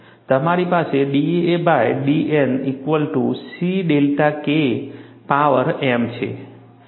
તમારી પાસે da by dN equal to C delta K power m છે